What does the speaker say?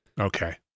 Okay